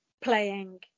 playing